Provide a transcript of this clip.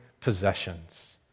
possessions